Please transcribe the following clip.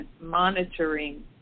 monitoring